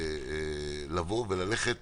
ללכת